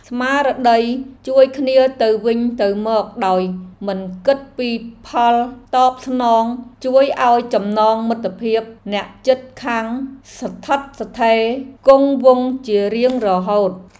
ស្មារតីជួយគ្នាទៅវិញទៅមកដោយមិនគិតពីផលតបស្នងជួយឱ្យចំណងមិត្តភាពអ្នកជិតខាងស្ថិតស្ថេរគង់វង្សជារៀងរហូត។